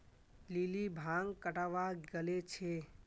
lily भांग कटावा गले छे